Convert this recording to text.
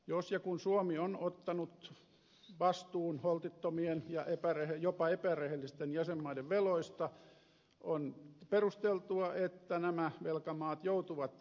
jos ja kun suomi on ottanut vastuun holtittomien ja jopa epärehellisten jäsenmaiden veloista on perusteltua että nämä velkamaat joutuvat holhoukseen